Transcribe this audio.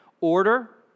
order